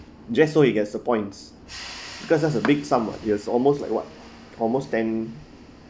just so he gets the points because that is a big sum ah it was almost like what almost ten